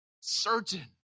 certain